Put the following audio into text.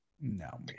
no